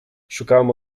szukałem